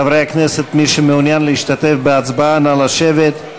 חברי הכנסת, מי שמעוניין להשתתף בהצבעה, נא לשבת.